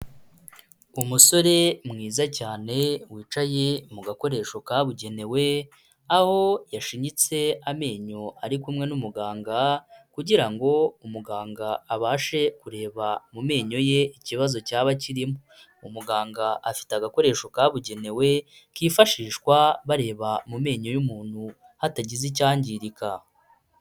Umusore mwiza cyane wicaye mu gakoresho kabugenewe, aho yashinyitse amenyo ari kumwe n'umuganga kugira ngo umuganga abashe kureba mu menyo ye ikibazo cyaba kirimo. Muganga afite agakoresho kabugenewe kifashishwa bareba mu menyo y'umuntu hatagize icyangirika.